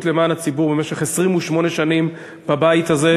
למען הציבור במשך 28 שנים בבית הזה,